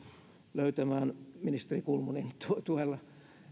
löytämään ministeri kulmunin tuella